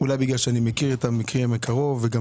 אולי בגלל שאני מכיר את המקרים מקרוב וגם